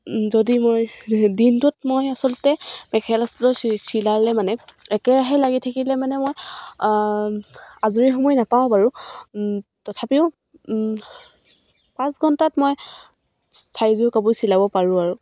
যদি মই দিনটোত মই আচলতে মেখেলা চাদৰ চিলালে মানে একেৰাহে লাগি থাকিলে মানে মই আজৰি সময় নাপাওঁ বাৰু তথাপিও পাঁচ ঘণ্টাত মই চাৰিযোৰ কাপোৰ চিলাব পাৰোঁ আৰু